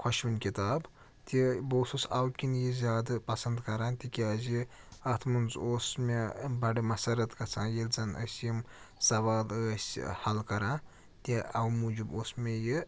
خوشوٕنۍ کِتاب تہِ بہٕ اوسُس اَوٕ کِنۍ یہِ زیادٕ پَسنٛد کَران تِکیٛازِ اَتھ منٛز اوس مےٚ بَڑٕ مَسرت گژھان ییٚلہِ زَن أسۍ یِم سوال ٲسۍ حل کران تہِ اَوٕ موٗجوٗب اوس مےٚ یہِ